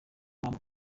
mpamvu